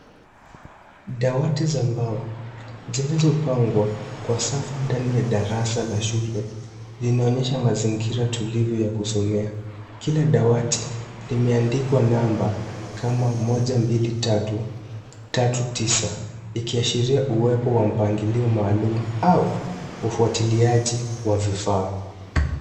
Dawati za mbao zilizopangwa kwa safu ndani ya darasa la shule inaonyesha mazingira tulivu ya kusomea. Kila dawati limeandikwa namba kama moja, mbili, tatu, tatu tisa ikiashiria uwepo wa mpangilio maalum au ufwatiliaji wa vifaa.